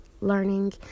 learning